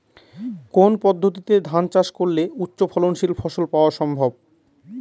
কোন পদ্ধতিতে ধান চাষ করলে উচ্চফলনশীল ফসল পাওয়া সম্ভব?